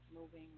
moving